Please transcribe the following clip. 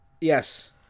Yes